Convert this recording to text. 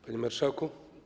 Panie Marszałku!